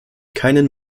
keinen